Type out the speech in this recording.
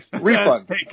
Refund